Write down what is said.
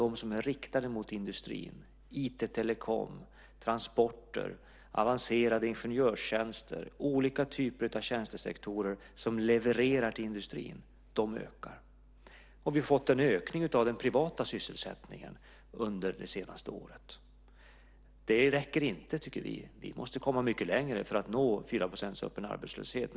Det gäller då de som är riktade mot industrin - IT, telekom, transporter, avancerade ingenjörstjänster och olika typer av tjänstesektorer som levererar till industrin. Vi har fått en ökning av den privata sysselsättningen under det senaste året. Men det räcker inte, tycker vi, utan vi måste komma mycket längre för att nå ned till 4 % öppen arbetslöshet.